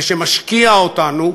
ושמשקיע אותנו,